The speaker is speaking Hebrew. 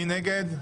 מי נגד?